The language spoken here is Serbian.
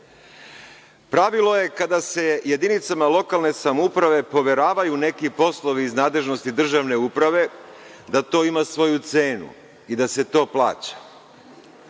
Pravilo je kada se jedinicama lokalne samouprave poveravaju neki poslovi iz nadležnosti državne uprave da to ima svoju cenu i da se to plaća,